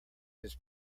his